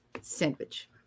sandwich